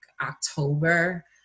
October